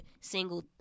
single